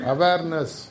Awareness